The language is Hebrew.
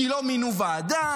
כי לא מינו ועדה,